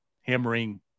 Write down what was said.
hammering